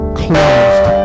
closed